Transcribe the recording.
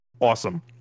awesome